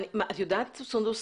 את יודעת סונדוס,